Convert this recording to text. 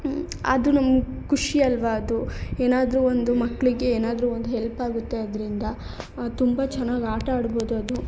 ಆದರೂ ನಮ್ಗೆ ಖುಷಿ ಅಲ್ಲವಾ ಅದು ಏನಾದರೂ ಒಂದು ಮಕ್ಕಳಿಗೆ ಏನಾದರೂ ಒಂದು ಹೆಲ್ಪ್ ಆಗುತ್ತೆ ಅದರಿಂದ ತುಂಬ ಚೆನ್ನಾಗಿ ಆಟಾಡ್ಬೋದು ಅದು